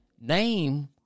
name